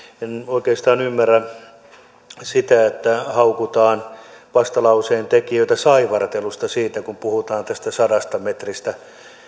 en oikeastaan ymmärrä sitä että haukutaan vastalauseen tekijöitä saivartelusta kun he puhuvat tästä sadasta metristä